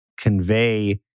convey